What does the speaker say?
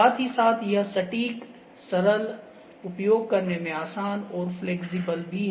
साथ ही साथ यह सटीकसरल उपयोग करने में आसान और फ्लेक्सिबल भी है